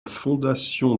fondation